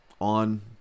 on